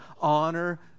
honor